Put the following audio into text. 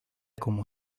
como